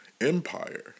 Empire